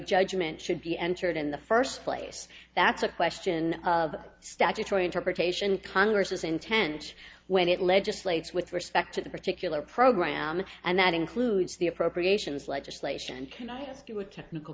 judgment should be entered in the first place that's a question of statutory interpretation congress's intent when it legislates with respect to the particular program and that includes the appropriations legislation and can i ask you would technical